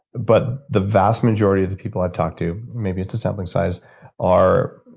but the vast majority of the people i talk to maybe it's a sampling size are.